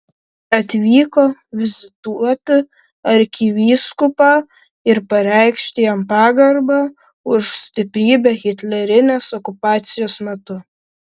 atvyko vizituoti arkivyskupą ir pareikšti jam pagarbą už stiprybę hitlerinės okupacijos metu